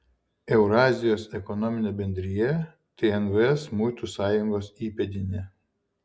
eurazijos ekonominė bendrija tai nvs muitų sąjungos įpėdinė